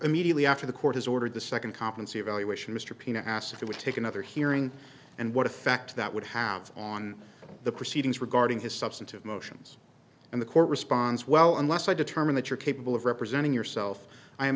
immediately after the court has ordered the second compensate evaluation mr pina asked if he would take another hearing and what effect that would have on the proceedings regarding his substantive motions and the court responds well unless i determine that you're capable of representing yourself i am